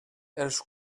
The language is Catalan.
els